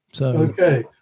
Okay